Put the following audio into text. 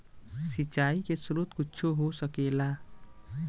सिंचाइ के स्रोत कुच्छो हो सकेला